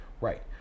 right